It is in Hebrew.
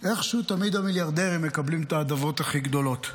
איכשהו תמיד המיליארדרים מקבלים את ההטבות הכי גדולות.